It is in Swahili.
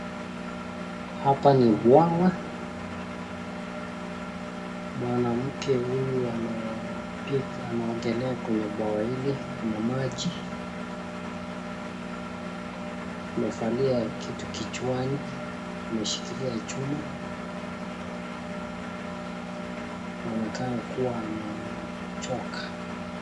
Hapa ni bwawa. Mwanamke huyu anapiga anaogelea kwenye bwawa hili. Kuna maji. Amevalia kitu kichwani. Ameshikilia chuma. Anaonekana kuwa amechoka.